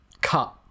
cut